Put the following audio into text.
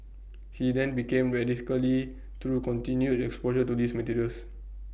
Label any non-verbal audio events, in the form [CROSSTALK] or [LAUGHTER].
he then became [UNINTELLIGIBLE] through continued exposure to these materials